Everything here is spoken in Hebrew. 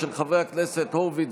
של חברי הכנסת הורוביץ,